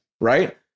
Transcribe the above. right